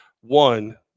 One